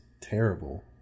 terrible